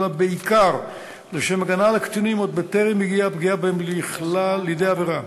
אלא בעיקר לשם הגנה על קטינים עוד בטרם הגיעה הפגיעה בהם לידי עבירה.